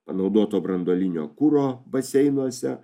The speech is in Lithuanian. panaudoto branduolinio kuro baseinuose